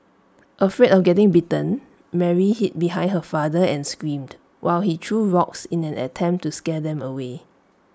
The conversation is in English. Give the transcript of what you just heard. afraid of getting bitten Mary hid behind her father and screamed while he threw rocks in an attempt to scare them away